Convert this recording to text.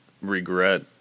regret